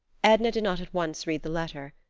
edna did not at once read the letter.